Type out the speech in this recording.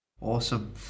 Awesome